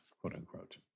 quote-unquote